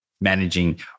managing